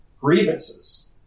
grievances